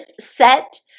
set